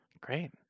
Great